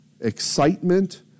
excitement